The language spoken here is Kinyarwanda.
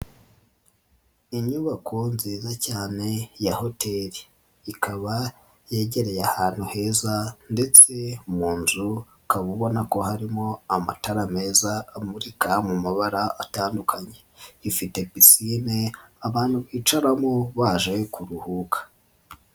Inyubako nziza cyane ya hoteli ikaba yegereye ahantu heza ndetse mu nzu ukaba ubona ko harimo amatara meza amurika mu mabara atandukanye, ifite pisine abantu bicaramo baje kuruhuka.